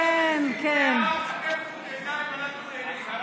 אתם טרוטי עיניים ואנחנו נהנים, מרב.